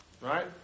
right